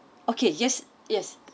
okay yes yes